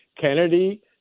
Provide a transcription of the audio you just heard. Kennedy